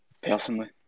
personally